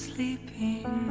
Sleeping